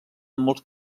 molts